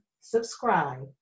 subscribe